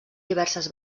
diverses